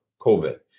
COVID